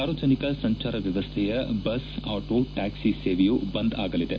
ಸಾರ್ವಜನಿಕ ಸಂಚಾರ ವ್ಯವಸ್ಥೆಯ ಬಸ್ ಆಟೋ ಟ್ಯಾಕ್ಲಿ ಸೇವೆಯೂ ಬಂದ್ ಆಗಲಿದೆ